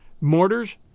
mortars